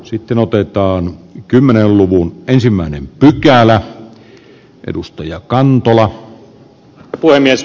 sitten otetaan kymmenen luvun ensimmäinen arvoisa puhemies